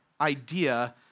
idea